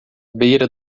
beira